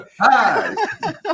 Hi